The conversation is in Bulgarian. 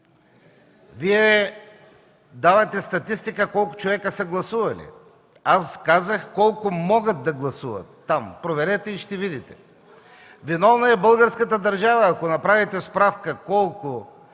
Вие давате статистика колко човека са гласували. Аз казах колко могат да гласуват там. Проверете и ще видите. Виновна е българската държава. Ако направите справка колко